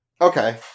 Okay